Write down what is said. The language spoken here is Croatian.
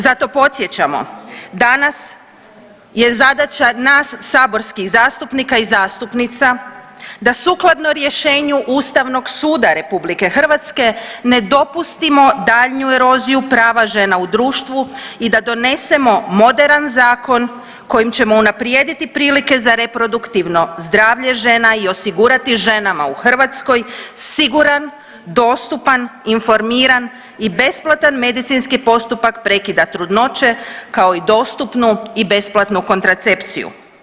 Zato podsjećamo, danas je zadaća nas saborskih zastupnika i zastupnica da sukladno rješenju Ustavnog suda RH ne dopustimo daljnju eroziju prava žena u društvu i da donesemo moderan zakon kojim ćemo unaprijediti prilike za reproduktivno zdravlje žena i osigurati ženama u Hrvatskoj siguran, dostupan, informiran i besplatan medicinski postupak prekida trudnoće kao i dostupnu i besplatnu kontracepciju.